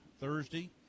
Thursday